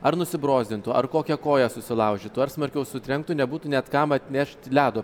ar nusibrozdintų ar kokią koją susilaužytų ar smarkiau sutrenktų nebūtų net kam atnešt ledo